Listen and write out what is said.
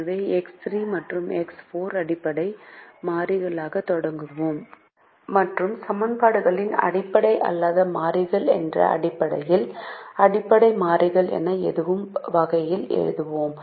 எனவே X3 மற்றும் X4 அடிப்படை மாறிகளாக தொடங்குவோம் மற்றும் சமன்பாடுகளை அடிப்படை அல்லாத மாறிகள் என்ற அடிப்படையில் அடிப்படை மாறிகள் என எழுதும் வகையில் எழுதுகிறோம்